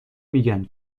میگن